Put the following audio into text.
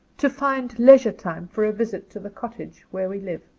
to find leisure time for a visit to the cottage where we live.